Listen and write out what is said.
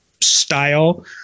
style